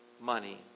money